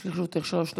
יש לרשותך שלוש דקות.